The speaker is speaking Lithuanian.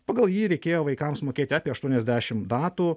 pagal jį reikėjo vaikams mokėt apie aštuoniasdešim datų